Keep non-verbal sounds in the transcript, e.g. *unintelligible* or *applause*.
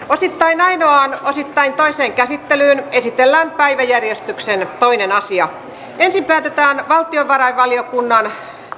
*unintelligible* osittain ainoaan osittain toiseen käsittelyyn esitellään päiväjärjestyksen toinen asia ensin päätetään valtiovarainvaliokunnan